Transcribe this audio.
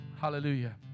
Hallelujah